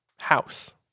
house